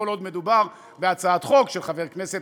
כל עוד מדובר בהצעת חוק של חבר כנסת